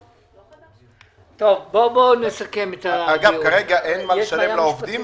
אגב, כרגע אין מה לשלם לעובדים?